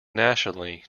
nationally